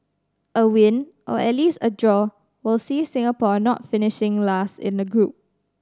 a win or at least a draw will see Singapore not finishing last in the group